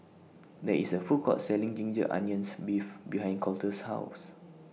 There IS A Food Court Selling Ginger Onions Beef behind Colter's House